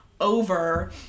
over